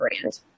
brand